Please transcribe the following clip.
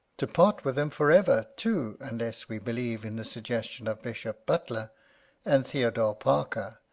to part with them for ever, too, unless we believe in the suggestion of bishop butler and theodore parker,